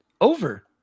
Over